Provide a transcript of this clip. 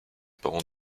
parents